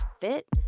fit